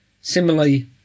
Similarly